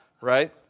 right